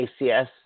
ACS